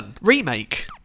remake